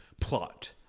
plot